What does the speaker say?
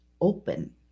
open